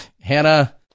Hannah